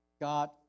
God